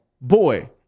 Boy